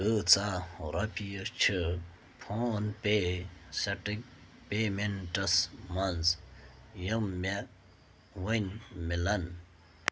کۭژاہ رۄپیہِ چھِ فون پے سَٹٕکۍ پیمٮ۪نٛٹَس منٛز یِم مےٚ وۄنۍ مِلَن